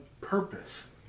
purpose